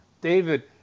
David